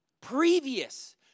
previous